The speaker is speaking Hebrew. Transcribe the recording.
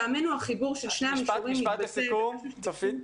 משפט לסיכום, צופית.